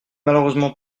malheureusement